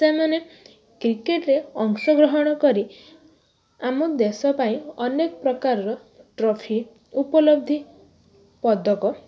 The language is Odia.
ତା ମାନେ କ୍ରିକେଟରେ ଅଂଶଗ୍ରହଣ କରି ଆମ ଦେଶ ପାଇଁ ଅନେକ ପ୍ରକାରର ଟ୍ରଫି ଉପଲବ୍ଧି ପଦକ